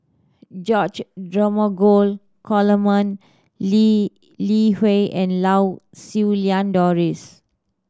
George Dromgold Coleman Lee Li Hui and Lau Siew Lang Doris